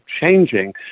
changing